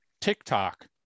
TikTok